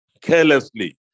carelessly